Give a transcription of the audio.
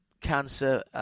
cancer